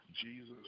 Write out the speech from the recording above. Jesus